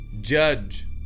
judge